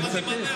אני לא שמעתי,